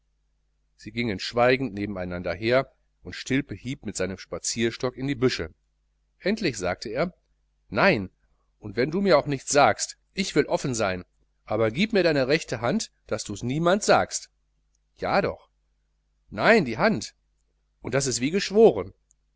sie gingen schweigend nebeneinander her und stilpe hieb mit seinem spazierstock in die büsche endlich sagte er nein und wenn du mir auch nichts sagst ich will offen sein aber gieb mir deine rechte hand daß dus niemand sagst ja doch nein die hand und das ist wie geschworen